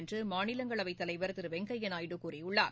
என்று மாநிலங்களவைத்தலைவர் திரு வெங்கய்யா நாயுடு கூறியுள்ளார்